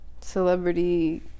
celebrity